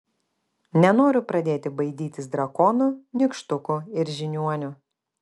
nenoriu pradėti baidytis drakonų nykštukų ir žiniuonių